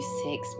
six